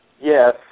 yes